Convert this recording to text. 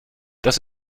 das